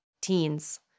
teens